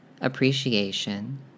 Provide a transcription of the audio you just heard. Appreciation